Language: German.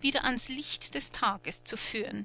wieder ans licht des tages zu führen